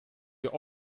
wir